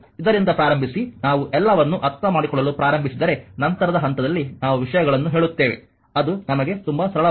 ಇದರಿಂದ ಪ್ರಾರಂಭಿಸಿ ನಾವು ಎಲ್ಲವನ್ನೂ ಅರ್ಥಮಾಡಿಕೊಳ್ಳಲು ಪ್ರಾರಂಭಿಸಿದರೆ ನಂತರದ ಹಂತದಲ್ಲಿ ನಾವು ವಿಷಯಗಳನ್ನು ಹೇಳುತ್ತೇವೆ ಅದು ನಮಗೆ ತುಂಬಾ ಸರಳವಾಗಿದೆ